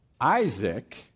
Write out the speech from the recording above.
Isaac